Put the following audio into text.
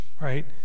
Right